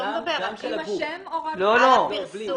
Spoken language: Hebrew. עם השם או רק הפרסום?